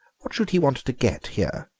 what should he want to get here?